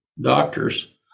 doctors